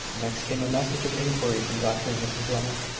next came a message of inquiry from dr and mrs levitt,